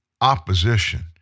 opposition